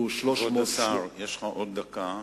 כבוד השר, יש לך עוד דקה.